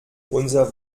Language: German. unser